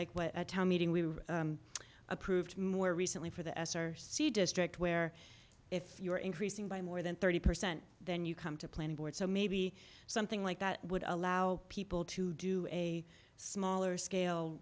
like a town meeting we approved more recently for the s or c district where if you're increasing by more than thirty percent then you come to planning board so maybe something like that would allow people to do a smaller scale